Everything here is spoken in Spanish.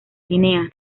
guinea